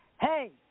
hey